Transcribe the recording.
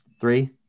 Three